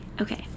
okay